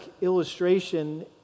illustration